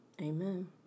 Amen